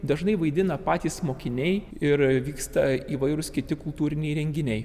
dažnai vaidina patys mokiniai ir vyksta įvairūs kiti kultūriniai renginiai